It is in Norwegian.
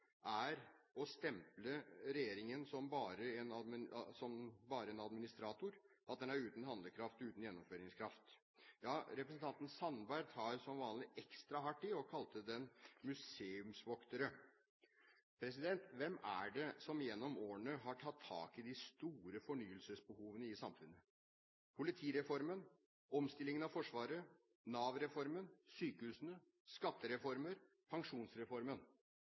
er å stemple regjeringen som bare en administrator, at den er uten handlekraft og uten gjennomføringskraft. Ja, representanten Sandberg tar som vanlig ekstra hardt i og kalte den museumsvokter. Hvem er det som gjennom årene har tatt tak i de store fornyelsesbehovene i samfunnet: politireformen, omstillingen av Forsvaret, Nav-reformen, sykehusene, skattereformer, pensjonsreformen